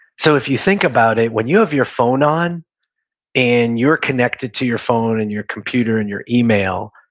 so if you think about it, when you have your phone on and you're connected to your phone and your computer and your email,